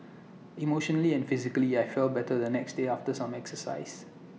emotionally and physically I felt better the next day after some exercise